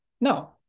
No